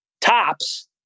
tops